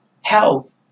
health